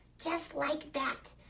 just like that.